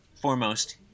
Foremost